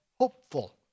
hopeful